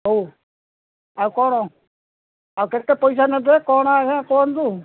ହଉ ଆଉ କ'ଣ ଆଉ କେତେ ପଇସା ନେବେ କ'ଣ ଆଜ୍ଞା କୁହନ୍ତୁ